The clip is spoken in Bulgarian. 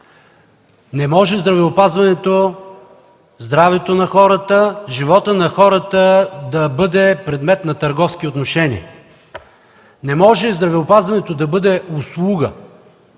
Не може здравеопазването, здравето на хората, животът на хората да бъде предмет на търговски отношения. Не може здравеопазването да бъде услуга.